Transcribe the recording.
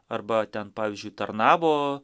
arba ten pavyzdžiui tarnavo